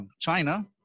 China